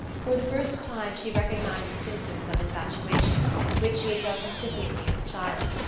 for the first time she recognized the symptoms of infatuation which she had felt incipiently as a child,